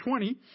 20